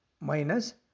minus